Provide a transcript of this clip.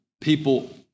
people